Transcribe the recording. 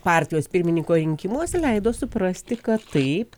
partijos pirmininko rinkimuose leido suprasti kad taip